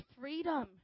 freedom